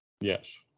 Yes